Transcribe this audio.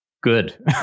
good